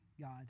God